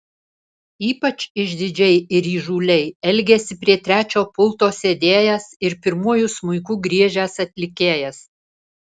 ypač išdidžiai ir įžūliai elgėsi prie trečio pulto sėdėjęs ir pirmuoju smuiku griežęs atlikėjas